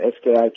SKI